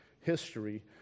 history